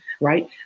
right